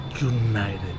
United